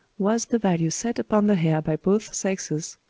was the value set upon the hair by both sexes,